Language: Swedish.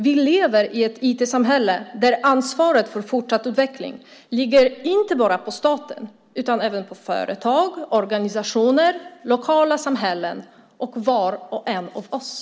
Vi lever i ett IT-samhälle där ansvaret för fortsatt utveckling inte bara ligger på staten utan även på företag, organisationer, lokala samhällen och på var och en av oss.